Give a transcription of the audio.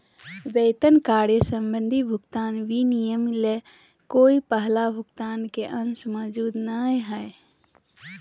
वेतन कार्य संबंधी भुगतान विनिमय ले कोय पहला भुगतान के अंश मौजूद नय हइ